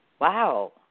wow